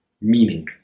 meaning